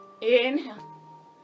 inhale